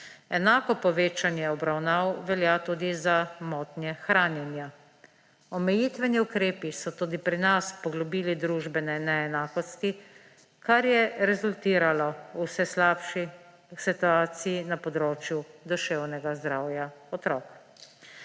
Enako povečanje obravnav velja tudi za motnje hranjenja. Omejitveni ukrepi so tudi pri nas poglobili družbene neenakosti, kar je rezultiralo v vse slabši situaciji na področju duševnega zdravja otrok.